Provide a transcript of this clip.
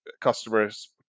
customers